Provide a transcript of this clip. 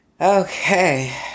Okay